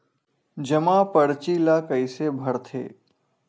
जमा परची ल कइसे भरथे?